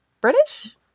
British